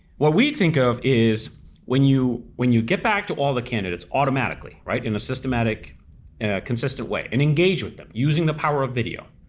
what we think of is when you when you get back to all the candidates, automatically in a systematic consistent way, and engage with them using the power of video.